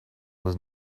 with